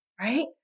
Right